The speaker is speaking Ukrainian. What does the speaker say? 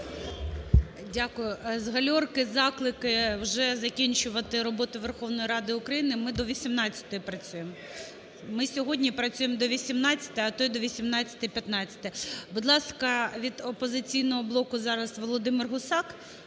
Дякую. З гальорки заклики вже закінчувати роботу Верховної Ради України. Ми до 18-ї працюємо. Ми сьогодні працюємо до 18-ї, а то і до 18:15. Будь ласка, від "Опозиційного блоку" зараз Володимир Гусак,